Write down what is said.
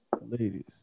Ladies